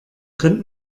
könnt